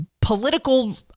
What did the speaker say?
political